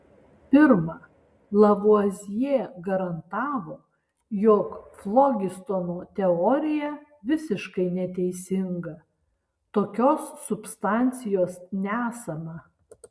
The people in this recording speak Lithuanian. pirma lavuazjė garantavo jog flogistono teorija visiškai neteisinga tokios substancijos nesama